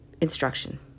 instruction